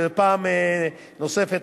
ופעם נוספת,